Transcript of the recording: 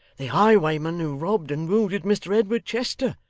the highwayman who robbed and wounded mr edward chester,